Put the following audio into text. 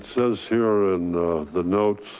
says here in the notes